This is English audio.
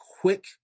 quick